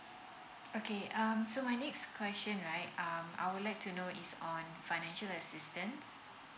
okay um so my next question right um I would like to know is on financial assistance